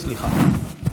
קוז'ינוב, סליחה.